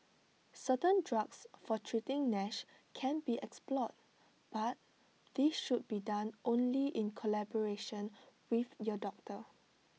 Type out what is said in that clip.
certain drugs for treating Nash can be explored but this should be done only in collaboration with your doctor